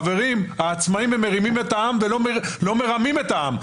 חברים, העצמאים מרימים את העם ולא מרמים את העם.